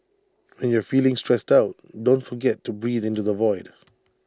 when you are feeling stressed out don't forget to breathe into the void